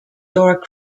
dora